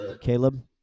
Caleb